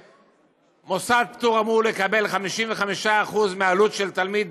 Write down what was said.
שמוסד פטור אמור לקבל 55% מעלות תלמיד